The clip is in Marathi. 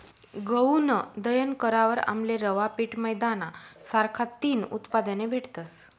गऊनं दयन करावर आमले रवा, पीठ, मैदाना सारखा तीन उत्पादने भेटतस